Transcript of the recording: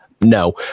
no